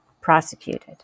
prosecuted